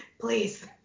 Please